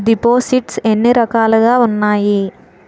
దిపోసిస్ట్స్ ఎన్ని రకాలుగా ఉన్నాయి?